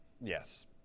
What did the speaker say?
yes